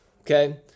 Okay